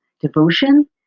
devotion